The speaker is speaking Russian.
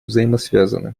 взаимосвязаны